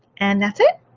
and that's it.